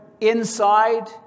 inside